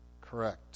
correct